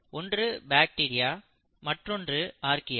ஒன்று பாக்டீரியா மற்றொன்று ஆர்கியா